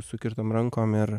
sukirtom rankom ir